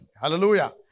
Hallelujah